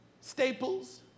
Staples